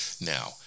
now